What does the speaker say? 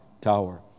tower